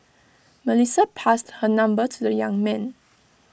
Melissa passed her number to the young man